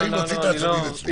ובאים להוציא את העצבים אצלי.